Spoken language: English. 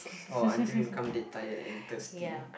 orh until you come dead tired and thirsty